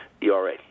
ERA